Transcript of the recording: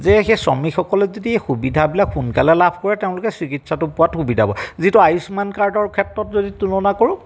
যে সেই শ্ৰমিকসকলক যদি সুবিধাবিলাক সোনকালে লাভ কৰে তেওঁলোকে চিকিৎসাটো পোৱাত সুবিধা হ'ব যিটো আয়ুষ্মান কাৰ্ডৰ ক্ষেত্ৰত যদি তুলনা কৰো